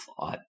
thought